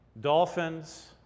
dolphins